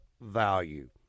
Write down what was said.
value